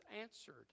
answered